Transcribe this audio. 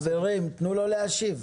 חברים, תנו לו להשיב.